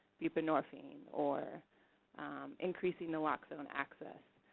buprenorphine, or increasing naloxone and access,